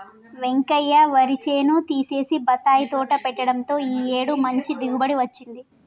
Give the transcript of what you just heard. వెంకయ్య వరి చేను తీసేసి బత్తాయి తోట పెట్టడంతో ఈ ఏడు మంచి దిగుబడి వచ్చింది